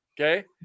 okay